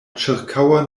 ĉirkaŭa